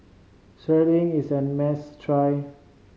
serunding is a must try